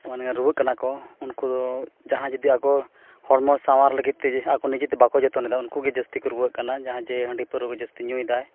ᱢᱟᱱᱮ ᱨᱩᱣᱟᱹᱜ ᱠᱟᱱᱟ ᱠᱚ ᱩᱱᱠᱩ ᱫᱚ ᱡᱟᱦᱟᱸ ᱡᱩᱫᱤ ᱟᱠᱚ ᱦᱚᱲᱢᱚ ᱥᱟᱶᱟᱨ ᱞᱟᱹᱜᱤᱫ ᱛᱮᱜᱮ ᱟᱠᱚ ᱱᱤᱡᱮᱛᱮ ᱵᱟᱠᱚ ᱡᱚᱛᱚᱱᱮᱫᱟ ᱩᱱᱠᱩᱜᱮ ᱡᱟᱹᱥᱛᱤ ᱠᱚ ᱨᱩᱣᱟᱹᱜ ᱠᱟᱱᱟ ᱡᱟᱦᱟᱸ ᱡᱮ ᱦᱟᱸᱰᱤ ᱯᱟᱹᱨᱣᱟᱹ ᱡᱟᱹᱥᱛᱤ ᱧᱩᱭᱫᱟᱭ